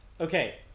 Okay